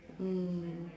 mm